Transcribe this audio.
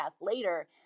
later